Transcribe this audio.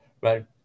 right